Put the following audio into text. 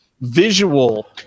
visual